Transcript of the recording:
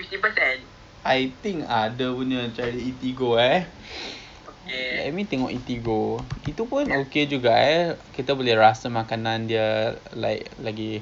I think ada punya cari eatigo eh let me tengok eatigo pun okay juga eh kita boleh rasa makanan dia like like